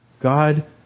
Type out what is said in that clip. God